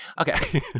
Okay